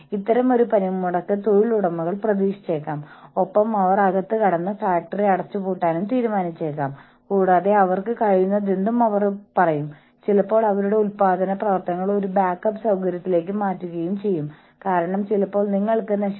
എപ്പോൾ വേണമെങ്കിലും അവർക്ക് ഒരു പരാതിയുണ്ടെങ്കിൽ എപ്പോൾ വേണമെങ്കിലും തങ്ങളോട് നീതി പുലർത്തിയിട്ടില്ലെന്ന് തോന്നുമ്പോൾ അവർക്ക് അവരെ സഹായിക്കാൻ കഴിയുന്ന ഏത് സ്ഥാനത്തുള്ളവരെയും ബന്ധപ്പെടാം എന്ന് സംഘടന ഉറപ്പുനൽകുന്നുവെങ്കിൽ അപ്പോൾ അവർക്ക് ഒരു യൂണിയനിൽ ചേരേണ്ട ആവശ്യം തോന്നുന്നില്ല കാരണം അവർക്കായി യൂണിയൻ ചെയ്യുന്ന കാര്യമാണിത്